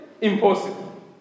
Impossible